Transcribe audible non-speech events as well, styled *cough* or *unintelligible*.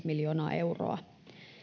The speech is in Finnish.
*unintelligible* miljoonaa euroa